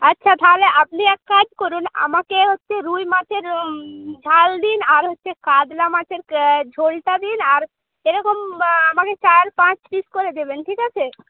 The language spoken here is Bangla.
আচ্ছা তাহলে আপনি এক কাজ করুন আমাকে হচ্ছে রুই মাছের ঝাল দিন আর হচ্ছে কাতলা মাছের ঝোলটা দিন আর এরকম আমাকে চার পাঁচ পিস করে দেবেন ঠিক আছে